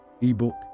ebook